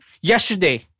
Yesterday